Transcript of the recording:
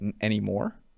anymore